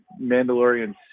Mandalorian